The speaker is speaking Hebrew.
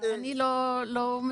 אני לא מפרשת.